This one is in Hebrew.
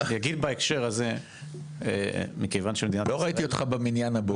אגיד בהקשר הזה --- לא ראיתי אותך במניין הבוקר.